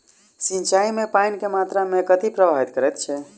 सिंचाई मे पानि केँ मात्रा केँ कथी प्रभावित करैत छै?